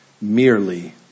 merely